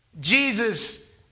Jesus